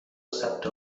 ثبت